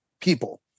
people